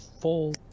full